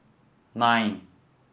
nine